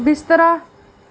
बिस्तरा